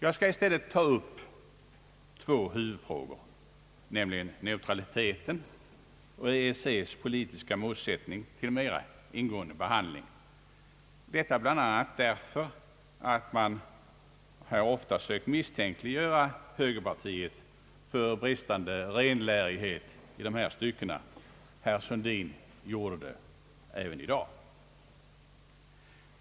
I stället skall jag ta upp två huvudfrågor, nämligen «neutraliteten och EEC:s politiska målsättning, till mer ingående behandling — detta bl.a. därför att man ofta sökt misstänkliggöra högerpartiet för bristande renlärighet i dessa stycken — herr Sundin gjorde det även i dag.